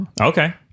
Okay